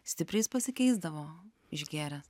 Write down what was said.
stipriai jis pasikeisdavo išgėręs